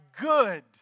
good